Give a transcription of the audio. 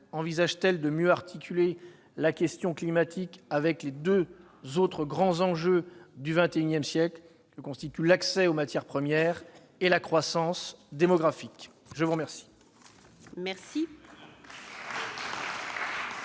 envisage-t-elle de mieux articuler la question climatique avec les deux autres grands enjeux du XXI siècle, à savoir l'accès aux matières premières et la croissance démographique ? La parole